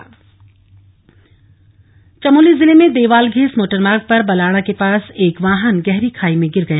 चमोली दूर्घटना चमोली जिले में देवाल घेस मोटरमार्ग पर बलाणा के पास एक वाहन गहरी खाई में गिर गया